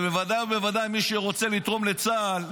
בוודאי ובוודאי, מי שרוצה לתרום לצה"ל,